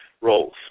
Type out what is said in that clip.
roles